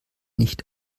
nicht